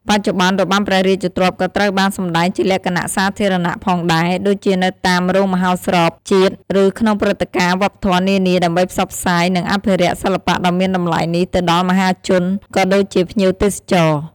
បច្ចុប្បន្ន របាំព្រះរាជទ្រព្យក៏ត្រូវបានសម្តែងជាលក្ខណៈសាធារណៈផងដែរ ដូចជានៅតាមរោងមហោស្រពជាតិ ឬក្នុងព្រឹត្តិការណ៍វប្បធម៌នានា ដើម្បីផ្សព្វផ្សាយ និងអភិរក្សសិល្បៈដ៏មានតម្លៃនេះទៅដល់មហាជន ក៏ដូចជាភ្ញៀវទេសចរណ៍។